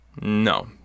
No